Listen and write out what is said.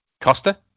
Costa